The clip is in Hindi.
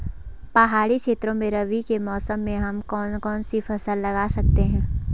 पहाड़ी क्षेत्रों में रबी के मौसम में हम कौन कौन सी फसल लगा सकते हैं?